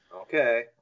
Okay